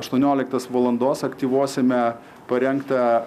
aštuoniolikos valandos aktyvuosime parengtą